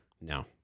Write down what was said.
No